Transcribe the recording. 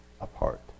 apart